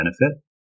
benefit